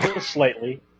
slightly